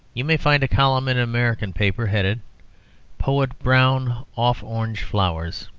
you may find a column in an american paper headed poet brown off orange-flowers,